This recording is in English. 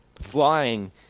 Flying